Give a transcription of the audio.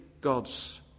God's